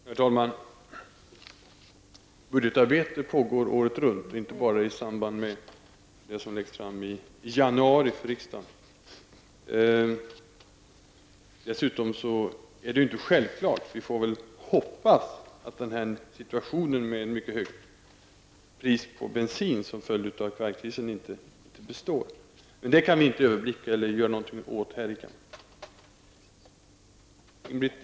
Herr talman! Budgetarbetet pågår året runt, inte bara i samband med det förslag som läggs fram för riksdagen i januari. Vi får hoppas att situationen med mycket höga bensinpriser som följd av Kuwaitkrisen inte består. Men det kan vi inte överblicka eller göra någonting åt här i kammaren.